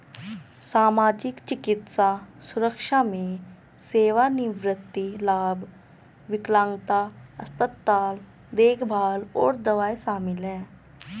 सामाजिक, चिकित्सा सुरक्षा में सेवानिवृत्ति लाभ, विकलांगता, अस्पताल देखभाल और दवाएं शामिल हैं